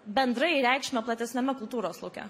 bendrai reikšmę platesniame kultūros lauke